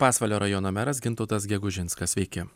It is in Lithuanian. pasvalio rajono meras gintautas gegužinskas sveiki